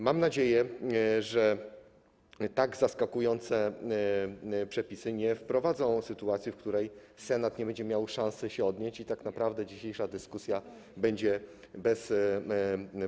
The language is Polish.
Mam nadzieję, że tak zaskakujące przepisy nie wprowadzą sytuacji, w której Senat nie będzie miał szansy się odnieść i tak naprawdę dzisiejsza dyskusja stanie się bezproduktywna.